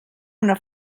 una